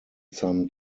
some